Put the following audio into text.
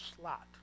slot